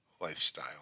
lifestyle